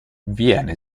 viene